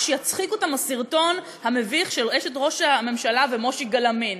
שיצחיק אותם הסרטון המביך של אשת ראש הממשלה ומושיק גלאמין.